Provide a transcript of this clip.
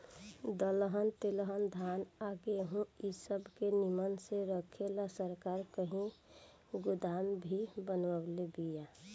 दलहन तेलहन धान आ गेहूँ इ सब के निमन से रखे ला सरकार कही कही गोदाम भी बनवले बिया